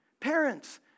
Parents